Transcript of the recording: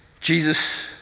Jesus